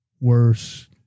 worse